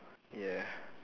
ya